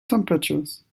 temperatures